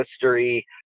history